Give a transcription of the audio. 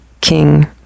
king